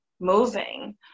moving